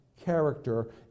character